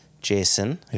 Jason